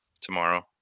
Tomorrow